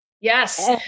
Yes